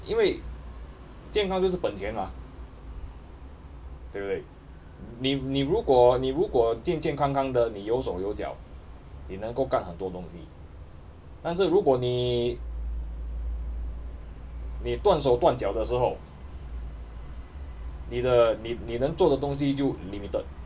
因为健康就是本钱嘛对不对你你如果你如果健健康康的你有手有脚你能够干很多东西但是如果你你断手断脚的时候你的你能做的东西就 limited